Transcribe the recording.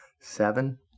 seven